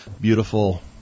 beautiful